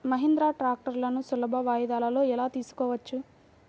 మహీంద్రా ట్రాక్టర్లను సులభ వాయిదాలలో ఎలా తీసుకోవచ్చు?